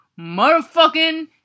motherfucking